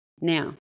Now